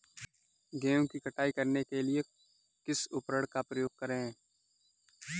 गेहूँ की कटाई करने के लिए किस उपकरण का उपयोग करें?